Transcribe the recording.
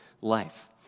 life